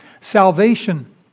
salvation